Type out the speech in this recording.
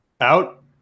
Out